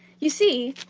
you see,